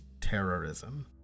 Terrorism